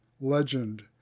legend